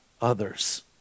others